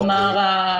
כלומר,